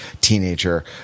teenager